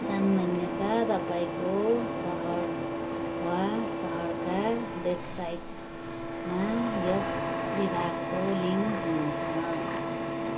सामान्यत तपाईँँको सहर वा सहरको वेबसाइटमा यस विभागको लिङ्क हुनेछ